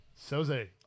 Soze